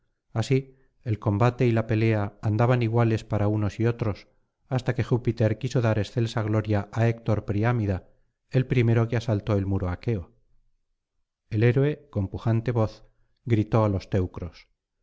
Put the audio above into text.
así el combate y la pelea andaban iguales para unos y otros hasta que júpiter quiso dar excelsa gloria á héctor priámida el primero que asaltó el muro aqueo el héroe con pujante voz gritó á los teucros